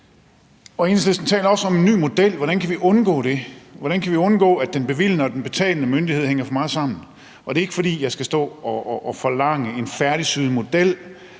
Enhedslisten taler også om en ny model for, hvordan vi kan undgå det, hvordan vi kan undgå, at den bevilgende og den betalende myndighed hænger for meget sammen, og det er ikke, fordi jeg skal stå og forlange en færdigsyet model